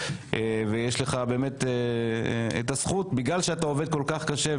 ויש לך באמת את הזכות בגלל שאתה עובד כל-כך קשה,